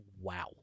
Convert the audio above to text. wow